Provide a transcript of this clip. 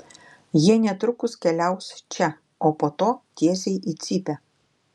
jie netrukus keliaus čia o po to tiesiai į cypę